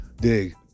Dig